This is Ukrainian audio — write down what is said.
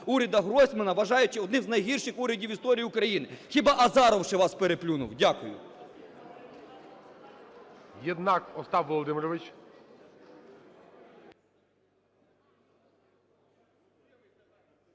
уряду Гройсмана, вважаючи одним з найгірших урядів в історії України, хіба Азаров ще вас переплюнув. Дякую.